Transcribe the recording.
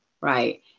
right